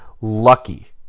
Lucky